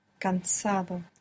Cansado